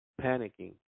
panicking